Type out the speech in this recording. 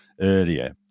earlier